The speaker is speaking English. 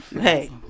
Hey